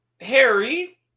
Harry